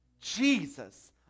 Jesus